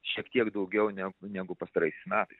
šiek tiek daugiau neg negu pastaraisiais metais